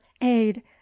aid